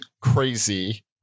crazy